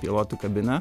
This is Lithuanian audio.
pilotų kabina